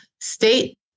state